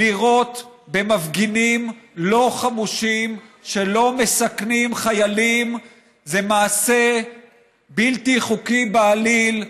לירות במפגינים לא חמושים שלא מסכנים חיילים זה מעשה בלתי חוקי בעליל,